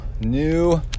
new